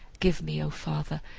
give me, o father,